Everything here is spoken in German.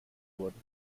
wurden